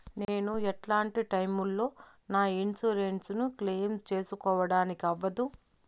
నేను ఎట్లాంటి టైములో నా ఇన్సూరెన్సు ను క్లెయిమ్ సేసుకోవడానికి అవ్వదు?